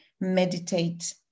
meditate